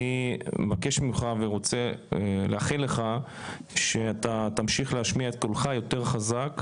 אני מבקש ממך ורוצה לאחל לך שאתה תמשיך להשמיע את קולך יותר חזק,